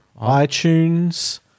iTunes